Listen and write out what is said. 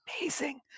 amazing